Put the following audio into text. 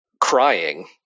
crying